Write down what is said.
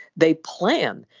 they plan.